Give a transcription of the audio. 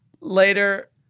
Later